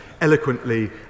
eloquently